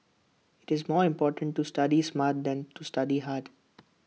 IT is more important to study smart than to study hard